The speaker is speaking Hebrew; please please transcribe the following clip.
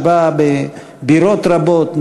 שבה בבירות רבות,